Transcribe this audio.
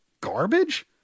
Garbage